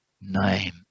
name